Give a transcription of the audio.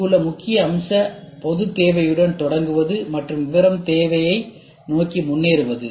இங்குள்ள முக்கிய அம்சம் பொதுத் தேவையுடன் தொடங்குவது மற்றும் விவரம் தேவையை நோக்கி முன்னேறுவது